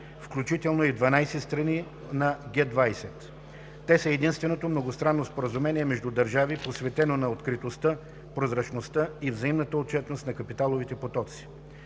включително и в 12 страни на Г-20. Те са единственото многостранно споразумение между държави, посветено на откритостта, прозрачността и взаимната отчетност на капиталовите потоци.